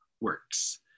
works